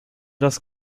das